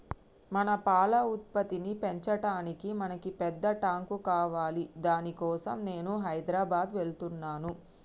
మన పాల ఉత్పత్తిని పెంచటానికి మనకి పెద్ద టాంక్ కావాలి దాని కోసం నేను హైదరాబాద్ వెళ్తున్నాను